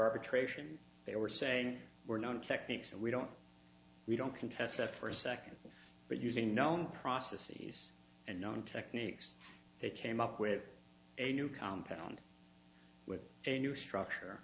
arbitration they were saying we're known techniques and we don't we don't confess that for a second but using known processes and known techniques they came up with a new compound with a new structure